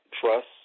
trust